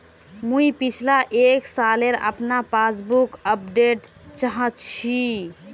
मुई पिछला एक सालेर अपना पासबुक अपडेट चाहची?